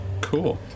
Cool